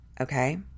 Okay